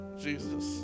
Jesus